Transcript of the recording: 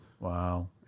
Wow